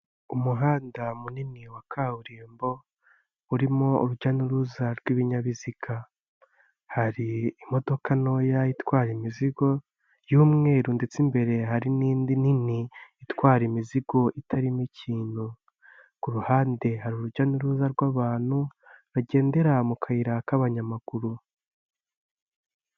Umuhanda munini wa kaburimbo urimo urujya n'uruza rw'ibinyabiziga. Hari imodoka ntoya itwaye imizigo y'umweru ndetse imbere hari n'indi nini itwara imizigo itarimo ikintu. Ku ruhande hari urujya n'uruza rw'abantu bagendera mu kayira k'abanyamaguru.